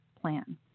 plan